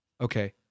okay